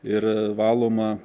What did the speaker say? ir valoma